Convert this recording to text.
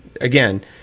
again